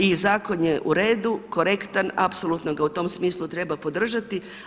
I zakon je u redu, korektan, apsolutno ga u tom smislu treba podržati.